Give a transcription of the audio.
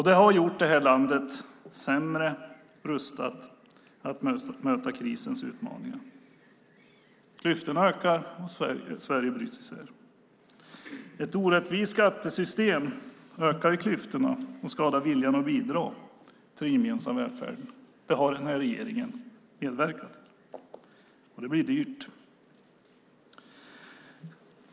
Det har gjort detta land sämre rustat att möta krisens utmaningar. Klyftorna ökar, och Sverige bryts isär. Ett orättvist skattesystem ökar klyftorna och skadar viljan att bidra till den gemensamma välfärden. Det har den här regeringen medverkat till. Det blir dyrt.